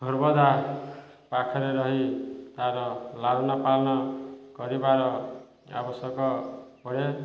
ସର୍ବଦା ପାଖରେ ରହି ତାର ଲାଲନ ପାଳନ କରିବାର ଆବଶ୍ୟକ ପଡ଼େ